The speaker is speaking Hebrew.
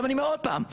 אני אומר עוד פעם,